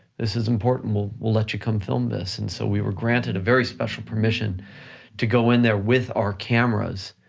this is important, we'll let you come film this. and so we were granted a very special permission to go in there with our cameras,